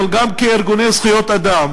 אבל גם כארגוני זכויות אדם,